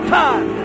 time